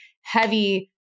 heavy